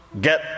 get